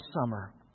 summer